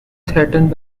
threatened